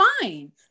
fine